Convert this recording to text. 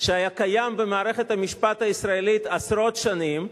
שהיה קיים במערכת המשפט הישראלית עשרות שנים.